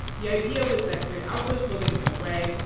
the idea was that without those buildings in the way,